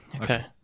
Okay